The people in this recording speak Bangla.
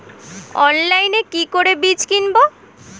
অনলাইনে কি করে বীজ কিনব?